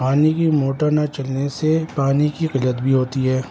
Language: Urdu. پانی کی موٹر نہ چلنے سے پانی کی قلت بھی ہوتی ہے